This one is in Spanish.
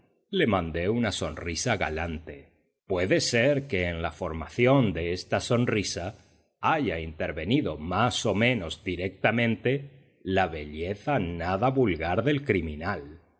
le mandé una sonrisa galante puede ser que en la formación de esta sonrisa haya intervenido más o menos directamente la belleza nada vulgar del criminal